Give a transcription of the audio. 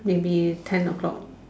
maybe ten O-clock